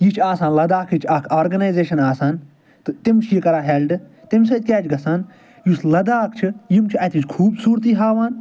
یہ چھُ اسان لداخچ اکھ آرگناٮ۪زیشن آسان تِم چھِ یہ کران ہٮ۪لڈٕ تمہِ سۭتۍ کیٛاہ چھُ گژھان یُس لداخ چھُ یِم چھِ اتِچ خوبصورتی ہاوان